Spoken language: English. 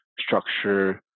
structure